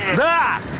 that